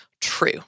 true